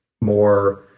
more